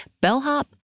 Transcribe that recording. bellhop